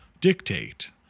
dictate